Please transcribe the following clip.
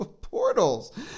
Portals